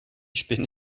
spinne